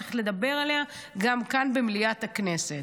צריך לדבר עליה גם כאן, במליאת הכנסת.